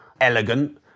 elegant